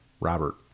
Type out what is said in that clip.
Robert